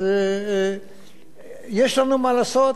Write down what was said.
אז יש לנו מה לעשות,